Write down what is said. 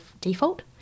default